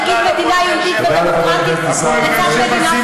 אתה לא תגיד מדינה יהודית ודמוקרטית לצד מדינה